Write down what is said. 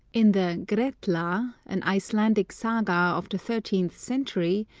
in the gretla, an icelandic saga of the thirteenth century,